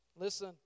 Listen